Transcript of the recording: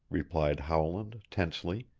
replied howland tensely.